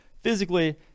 physically